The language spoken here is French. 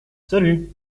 salut